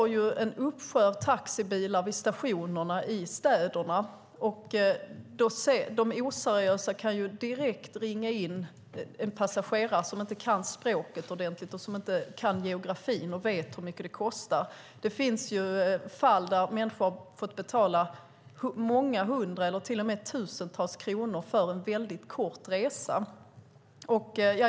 Det står en uppsjö av taxibilar vid stationerna i städerna, och de oseriösa kan direkt ringa in en passagerare som inte kan språket ordentligt och som inte kan geografin och vet hur mycket det kostar. Det finns fall där människor har fått betala många hundra kronor eller till och med tusentals kronor för en mycket kort resa.